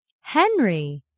Henry